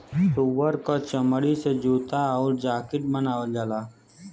सूअर क चमड़ी से जूता आउर जाकिट बनावल जाला